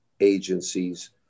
agencies